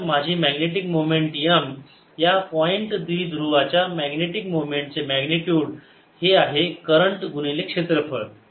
तर माझी magnetic moment m या पॉईंट द्विध्रुवाच्या मॅग्नेटिक मोमेंटचे मॅग्निट्युड हे आहे करंट गुणिले क्षेत्रफळ